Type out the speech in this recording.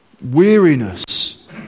weariness